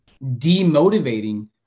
demotivating